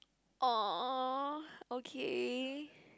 oh okay